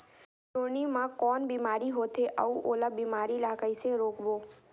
जोणी मा कौन बीमारी होथे अउ ओला बीमारी ला कइसे रोकबो?